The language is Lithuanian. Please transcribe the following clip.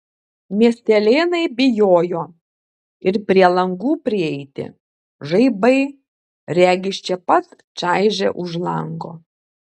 miestelėnai bijojo ir prie langų prieiti žaibai regis čia pat čaižė už lango